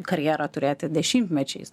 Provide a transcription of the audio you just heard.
karjerą turėti dešimtmečiais